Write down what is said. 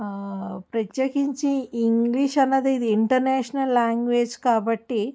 ప్రత్యేకించి ఇంగ్లీష్ అన్నది ఇది ఇంటర్నేషనల్ లాంగ్వేజ్ కాబట్టి